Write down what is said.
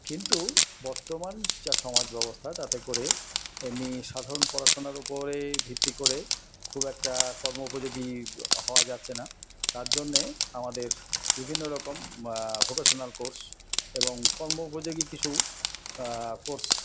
কিন্তু বর্তমান যা সমাজব্যবস্থা তাতে করে এমনি সাধারণ পড়াশোনার ওপরে ভিত্তি করে খুব একটা কর্ম উপযোগী হওয়া যাচ্ছে না তার জন্যে আমাদের বিভিন্ন রকম ভোকেশোনাল কোর্স এবং কর্ম উপযোগী কিছু কোর্স